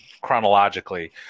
chronologically